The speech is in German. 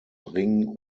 ring